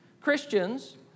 Christians